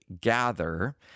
gather